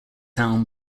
town